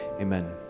amen